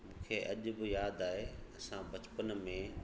मूंखे अॼ बि यादि आहे असां बचपन में